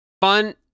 fun